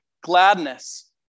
gladness